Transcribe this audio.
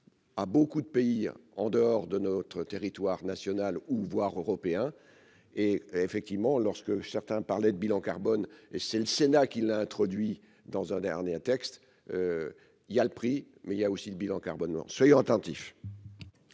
à beaucoup de pays en dehors de notre territoire national ou voire européens et, effectivement, lorsque certains parlaient de bilan carbone et c'est le Sénat qui l'a introduit dans un dernier texte il y a le prix mais il y a aussi le bilan carbone noir, soyons attentifs.